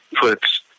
puts